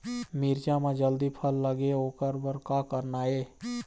मिरचा म जल्दी फल लगे ओकर बर का करना ये?